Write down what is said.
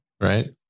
Right